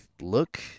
look